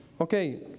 okay